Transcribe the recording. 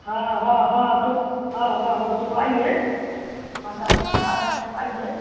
हाँ हाँ हाँ तो हाँ हाँ हाँ तो आइए इतना दिन से आ रहे हैं तो आइए